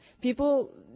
People